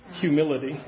Humility